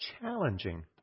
challenging